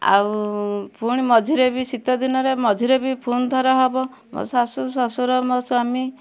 ଆଉ ପୁଣି ମଝିରେ ବି ଶୀତଦିନରେ ମଝିରେ ବି ଫୁଣି ଥରେ ହବ ମୋ ଶାଶୂ ଶଶୁର ମୋ ସ୍ୱାମୀ